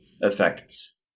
effects